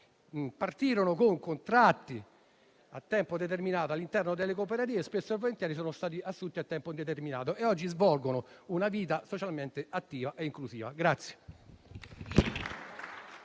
partirono con contratti a tempo determinato all'interno delle cooperative e spesso e volentieri sono state assunte a tempo indeterminato e oggi svolgono una vita socialmente attiva e inclusiva.